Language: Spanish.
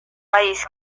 país